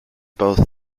both